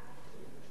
או להתחייבות,